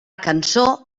cançó